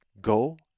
go